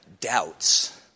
doubts